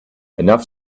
enough